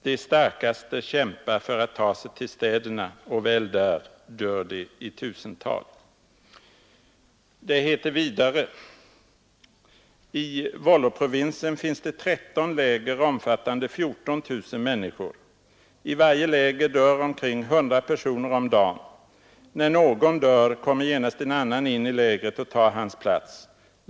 De starkaste kämpar för att ta sig till städerna och väl där dör de i tusental.” Det heter vidare: ”I Wolloprovinsen finns det 13 läger omfattande 14 000 människor. I varje läger dör omkring 100 personer om dagen. När någon dör kommer genast en annan in i lägret och tar hans plats.